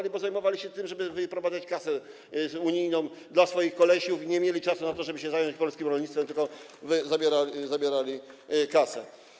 Dlatego że zajmowali się tym, żeby wyprowadzać kasę unijną dla swoich kolesiów, i nie mieli czasu na to, żeby się zająć polskim rolnictwem, tylko zabierali kasę.